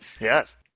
Yes